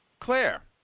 Claire